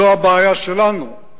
זו הבעיה שלנו,